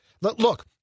Look